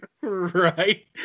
Right